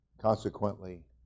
consequently